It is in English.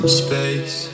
space